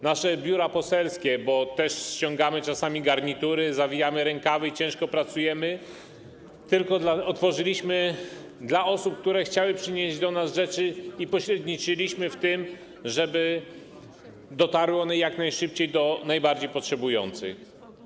Nasze biura poselskie, bo też ściągamy czasami garnitury, zawijamy rękawy i ciężko pracujemy, otworzyliśmy dla osób, które chciały przynieść do nas rzeczy, i pośredniczyliśmy w tym, żeby dotarły one jak najszybciej do najbardziej potrzebujących.